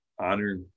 honor